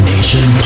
Nation